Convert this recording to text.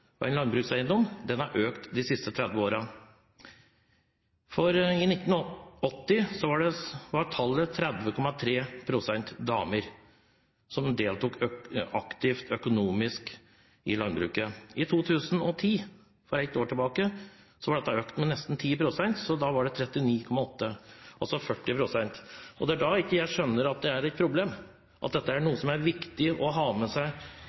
og som er eiere av en landbrukseiendom, har økt de siste 30 årene. I 1980 var andelen damer som deltok aktivt økonomisk i landbruket, 30,3 pst. I 2010, for ett år siden, var andelen økt med nesten 10 prosentpoeng, da var det 39,8, altså 40 pst. Det er da jeg ikke skjønner at det er et problem – at dette er noe som er viktig å ha med seg